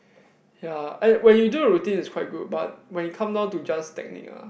ya and when you do the routine is quite good but when it come down to just technique ah